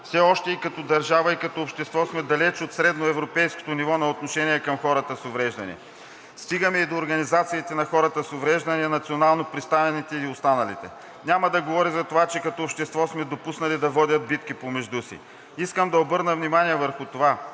Все още и като държава, и като общество сме далеч от средното европейско ниво на отношение към хората с увреждания. Стигаме и до организациите на хората с увреждания – и национално представените, и останалите. Няма да говоря за това, че като общество сме допуснали да водят битки помежду си. Искам да обърна внимание върху това